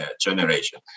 generation